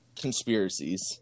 conspiracies